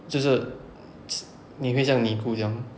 就是 你会像尼姑这样